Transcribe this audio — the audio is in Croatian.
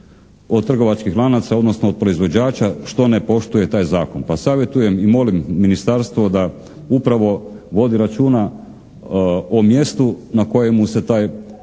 od trgovačkih lanaca odnosno od proizvođača što ne poštuje taj zakon, pa savjetujem i molim ministarstvo da upravo vodi računa o mjestu na kojemu se taj